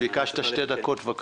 ביקשת שתי דקות, בבקשה.